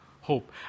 hope